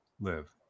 live